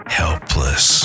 helpless